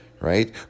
right